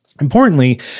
Importantly